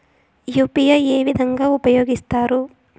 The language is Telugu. యు.పి.ఐ ఏ విధంగా ఉపయోగిస్తారు?